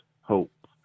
hope